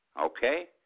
Okay